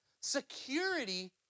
Security